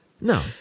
No